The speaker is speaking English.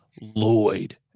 Lloyd